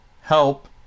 help